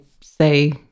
say